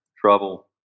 trouble